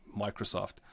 Microsoft